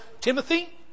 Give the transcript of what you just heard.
Timothy